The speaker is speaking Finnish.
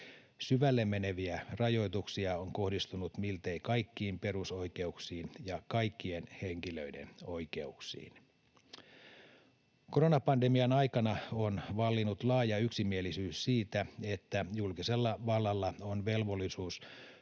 Syvälle meneviä rajoituksia on kohdistunut miltei kaikkiin perusoikeuksiin ja kaikkien henkilöiden oikeuksiin. Koronapandemian aikana on vallinnut laaja yksimielisyys siitä, että julkisella vallalla on velvollisuus